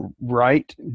right